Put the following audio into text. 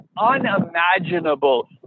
unimaginable